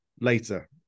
later